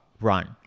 run